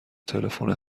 تلفن